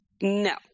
No